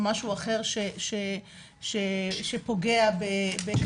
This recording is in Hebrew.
או משהו אחר שפוגע בקטין,